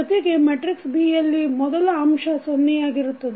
ಜೊತೆಗೆ matrix B ಯಲ್ಲಿ ಮೊದಲ ಅಂಶ ಸೊನ್ನೆಯಾಗಿರುತ್ತದೆ